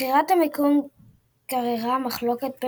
בחירת המיקום גררה מחלוקות,